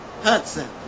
Hudson